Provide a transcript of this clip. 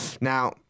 Now